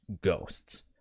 ghosts